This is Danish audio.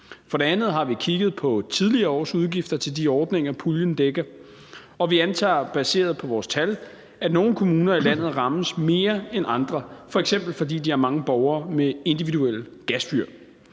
For det andet har vi kigget på tidligere års udgifter til de ordninger, puljen dækker, og vi antager, baseret på vores tal, at nogle kommuner i landet rammes mere end andre, f.eks. fordi de har mange borgere med individuelle gasfyr.